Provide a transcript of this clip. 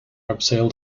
abseil